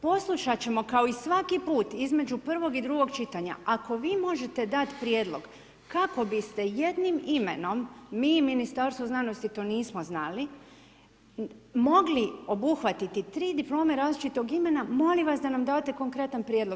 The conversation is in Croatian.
Poslušat ćemo kao i svaki put između prvog i drugog čitanja, ako vi možete dati prijedlog kako biste jednim imenom, mi i Ministarstvo znanosti to nismo znali, mogli obuhvatiti 3 diplome različitog imena, molim vas da nam date konkretan prijedlog.